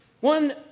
One